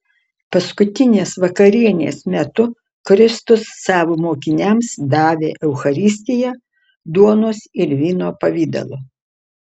paskutinės vakarienės metu kristus savo mokiniams davė eucharistiją duonos ir vyno pavidalu